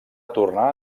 tornar